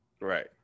Right